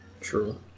True